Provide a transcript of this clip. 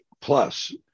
plus